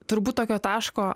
turbūt tokio taško